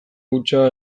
hutsa